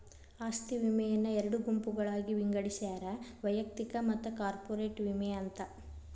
ಆಸ್ತಿ ವಿಮೆಯನ್ನ ಎರಡು ಗುಂಪುಗಳಾಗಿ ವಿಂಗಡಿಸ್ಯಾರ ವೈಯಕ್ತಿಕ ಮತ್ತ ಕಾರ್ಪೊರೇಟ್ ವಿಮೆ ಅಂತ